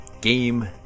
Game